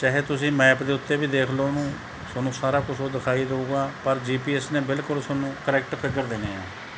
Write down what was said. ਚਾਹੇ ਤੁਸੀਂ ਮੈਪ ਦੇ ਉੱਤੇ ਵੀ ਦੇਖ ਲਓ ਉਹਨੂੰ ਤੁਹਾਨੂੰ ਸਾਰਾ ਕੁਛ ਉਹ ਦਿਖਾਈ ਦਊਗਾ ਪਰ ਜੀ ਪੀ ਐੱਸ ਨੇ ਬਿਲਕੁਲ ਤੁਹਾਨੂੰ ਕਰੈਕਟ ਫਿੱਗਰ ਦੇਣੇ ਆ